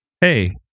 hey